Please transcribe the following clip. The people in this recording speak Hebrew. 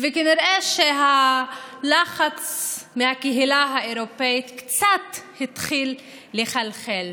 וכנראה הלחץ מהקהילה האירופית קצת התחיל לחלחל.